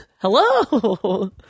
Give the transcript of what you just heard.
Hello